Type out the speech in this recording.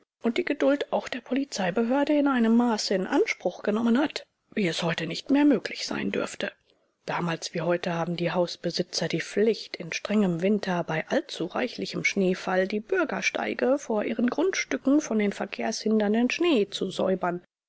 und die geduld auch der polizeibehörde in einem maße in anspruch genommen hat wie es heute nicht mehr möglich sein dürfte damals wie heute haben die hausbesitzer die pflicht in strengem winter bei allzu reichlichem schneefall die bürgersteige vor ihren grundstücken von dem verkehrshindernden schnee zu säubern